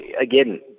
again